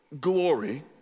glory